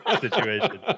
situation